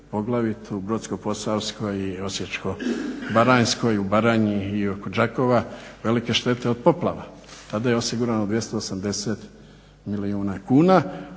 u Brodsko-posavskoj i Osječko-baranjskoj i u Baranji i oko Đakova velike štete od poplava. Tada je osigurano 280 milijuna kuna,